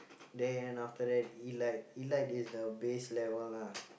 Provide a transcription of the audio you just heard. then after Elite Elite is the base level lah